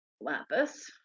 lapis